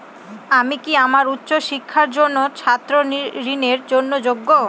আমি কি আমার উচ্চ শিক্ষার জন্য ছাত্র ঋণের জন্য যোগ্য?